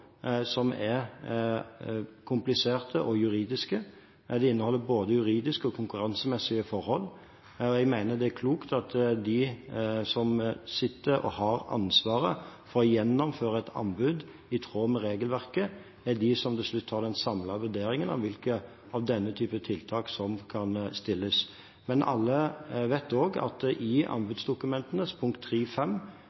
som er kompliserte og juridiske. De inneholder både juridiske og konkurransemessige forhold. Jeg mener det er klokt at de som sitter og har ansvaret for å gjennomføre et anbud i tråd med regelverket, er de som til slutt tar den samlede vurderingen av hvilke krav som kan stilles. Men alle vet også at i